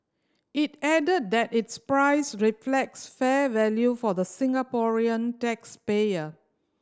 it added that its price reflects fair value for the Singaporean tax payer